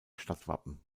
stadtwappen